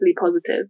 positive